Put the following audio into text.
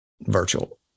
virtual